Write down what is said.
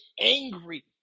angry